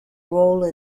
role